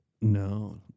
No